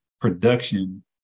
production